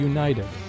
United